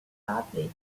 badly